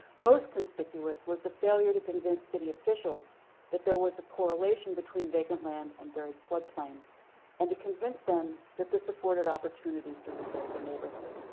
most conspicuous was the failure to convince city officials that there was a correlation between vacant land and buried flood plain and to convince them that this afforded opportunities to rebuild the neighborhood.